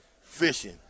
fishing